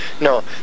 No